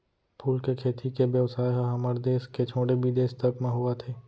फूल के खेती के बेवसाय ह हमर देस के छोड़े बिदेस तक म होवत हे